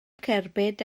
cerbyd